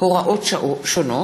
הכשרת חוקרי וחוקרות עבירות מין,